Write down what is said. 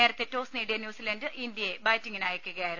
നേരത്തെ ടോസ് നേടിയ ന്യൂസിലാന്റ് ഇന്ത്യയെ ബാറ്റി ങിന് അയക്കുകയായിരുന്നു